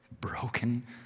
broken